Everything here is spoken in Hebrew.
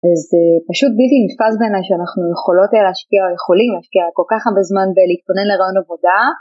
אז פשוט בלתי נתפס בעיניי שאנחנו יכולות להשקיע או יכולים להשקיע כל כך הרבה זמן בלהתכונן לרעיון עבודה